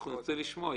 אנחנו נרצה לשמוע.